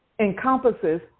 encompasses